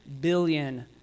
billion